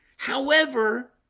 however